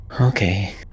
Okay